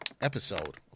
episode